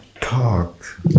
talk